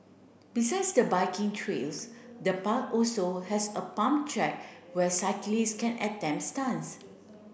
besides the biking trails the park also has a pump track where cyclists can attempt stunts